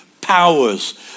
powers